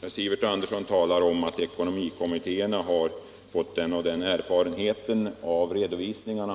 Herr Sivert Andersson säger att ekonomikommittéerna har fått den och den erfarenheten av redovisningarna.